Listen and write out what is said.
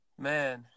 Man